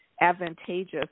advantageous